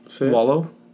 Wallow